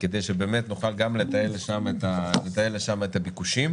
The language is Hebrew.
לקבל תשובות.